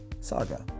saga